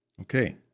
Okay